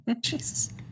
Jesus